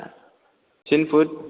थिन फुट